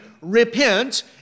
Repent